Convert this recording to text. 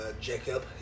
Jacob